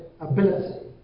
ability